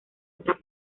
otra